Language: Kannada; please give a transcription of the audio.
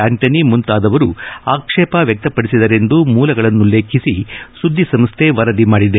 ಆಂಟನಿ ಮುಂತಾದವರು ಆಕ್ಷೇಪ ವ್ಯಕ್ತಪಡಿಸಿದರೆಂದು ಮೂಲಗಳನ್ನುಲ್ಲೇಖಿಸಿ ಸುದ್ದಿ ಸಂಸ್ಥೆ ವರದಿ ಮಾಡಿದೆ